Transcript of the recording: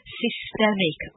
systemic